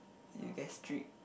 you get strict